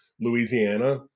Louisiana